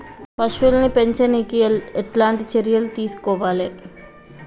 పశువుల్ని పెంచనీకి ఎట్లాంటి చర్యలు తీసుకోవాలే?